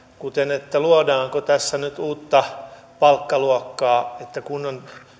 kuten luodaanko tässä nyt uutta palkkaluokkaa että kun on